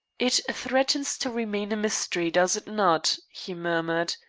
it threatens to remain a mystery, does it not? he murmured.